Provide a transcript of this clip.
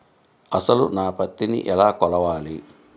అసలు నా పత్తిని ఎలా కొలవాలి?